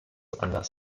anders